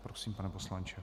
Prosím, pane poslanče.